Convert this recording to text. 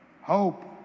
hope